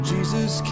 Jesus